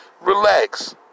relax